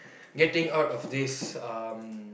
getting out of this um